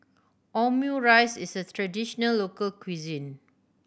omurice is a traditional local cuisine